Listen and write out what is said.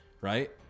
Right